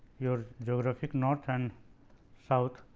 your geographic north and south